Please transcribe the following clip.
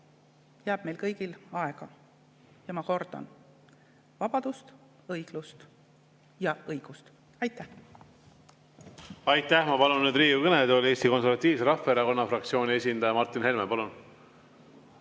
jääb meil kõigil aega. Ja ma kordan: vabadust, õiglust ja õigust. Aitäh!